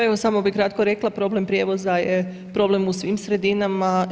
Pa evo samo bih kratko rekla, problem prijevoza je problem u svim sredinama.